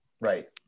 right